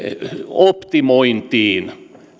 optimointiin